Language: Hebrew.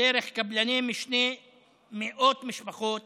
ודרך קבלני משנה, מאות משפחות